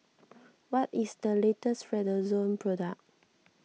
what is the latest Redoxon product